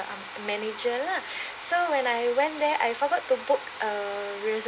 manager lah so when I went there I forgot to book uh